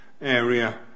area